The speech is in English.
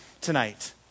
tonight